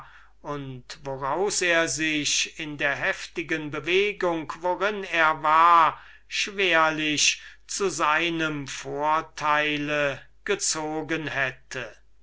und woraus er sich in der heftigen bewegung worin er war schwerlich zu seinem vorteil gezogen hätte